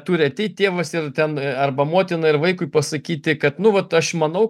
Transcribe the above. turi ateit tėvas ir ten arba motina ir vaikui pasakyti kad nu vat aš manau